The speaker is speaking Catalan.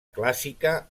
clàssica